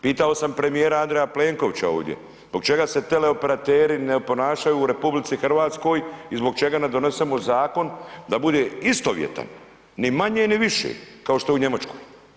Pitao sam premijera Andreja Plenkovića ovdje, zbog čega se teleoperateri ne ponašaju u RH i zbog čega ne donesemo zakon da bude istovjetan, ni manje ni više, kao što je u Njemačkoj.